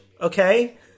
Okay